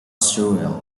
surreal